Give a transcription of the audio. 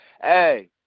Hey